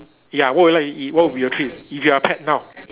ya what would you like to eat what will be your treat if you are a pet now